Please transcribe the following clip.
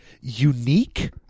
unique